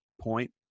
point